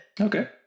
okay